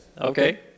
Okay